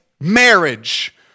marriage